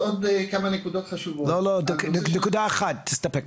נקודה אחת.